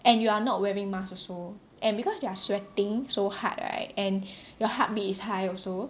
and you are not wearing mask also and because they are sweating so hard right and your heartbeat is high also